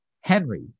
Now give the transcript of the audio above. Henry